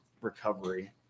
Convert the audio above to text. recovery